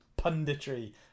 punditry